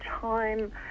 time